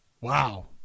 Wow